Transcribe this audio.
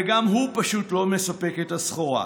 וגם הוא פשוט לא מספק את הסחורה.